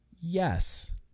yes